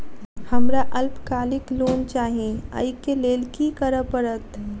हमरा अल्पकालिक लोन चाहि अई केँ लेल की करऽ पड़त?